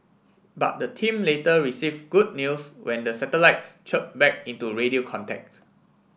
but the team later received good news when the satellites chirped back into radio contacts